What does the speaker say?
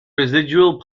residual